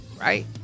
right